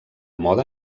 moda